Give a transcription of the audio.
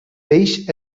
peix